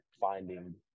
finding